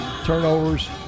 turnovers